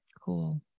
cool